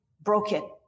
broken